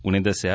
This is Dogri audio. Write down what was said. उनें दस्सेआ